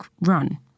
run